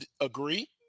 agree